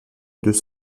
deux